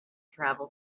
travel